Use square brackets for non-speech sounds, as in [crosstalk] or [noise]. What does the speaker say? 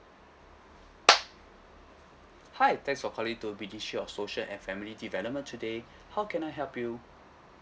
hi thanks for calling to ministry of social and family development today [breath] how can I help you